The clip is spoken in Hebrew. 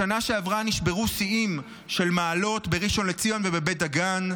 בשנה שעברה נשברו שיאים של מעלות בראשון לציון ובבית דגן.